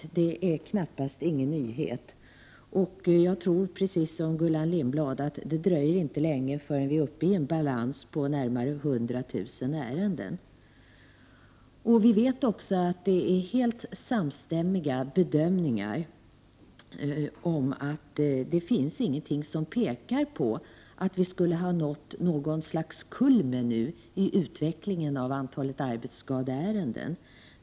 Precis som Gullan Lindblad tror också jag att det inte dröjer länge förrän vi är uppe i en balans på närmare 100 000 ärenden. Vi vet också att bedömningarna är helt samstämmiga om att det inte finns någonting som pekar på att vi nu skulle ha nått något slags kulmen i utvecklingen av antalet arbetsskadeärenden.